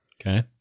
Okay